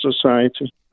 society